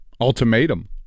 ultimatum